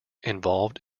involved